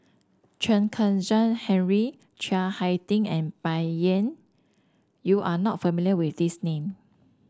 Chen Kezhan Henri Chiang Hai Ding and Bai Yan you are not familiar with these name